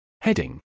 Heading